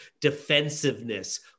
defensiveness